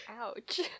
Ouch